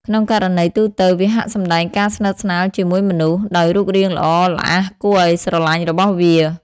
ក្នុងករណីទូទៅ វាហាក់សម្ដែងការស្និទ្ធស្នាលជាមួយមនុស្ស ដោយរូបរាងល្អល្អះគួរឱ្យស្រឡាញ់របស់វា។